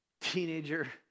teenager